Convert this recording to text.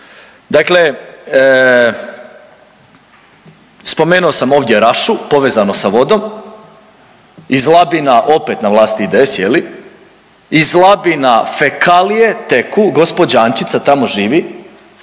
Dakle, spomenuo sam ovdje Rašu, povezano sa vodom, iz Labina, opet na vlasti IDS, je li, iz Labina fekalije teku, gđa. Ančica tamo živi